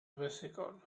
bicycles